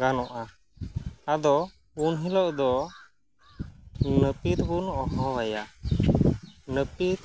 ᱜᱟᱱᱚᱜᱼᱟ ᱟᱫᱚ ᱩᱱ ᱦᱤᱞᱳᱜ ᱫᱚ ᱞᱟᱹᱯᱤᱛ ᱵᱚᱱ ᱦᱚᱦᱚ ᱟᱭᱟ ᱞᱟᱹᱯᱤᱛ